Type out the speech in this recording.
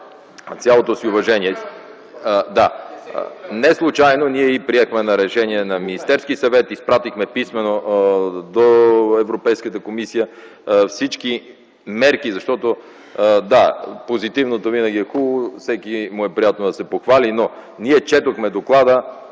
Благодаря. Неслучайно ние приехме Решение на Министерския съвет и изпратихме писмено до Европейската комисия всички мерки, защото, да, позитивното винаги е хубаво, на всеки му е приятно да се похвали. Но ние четохме доклада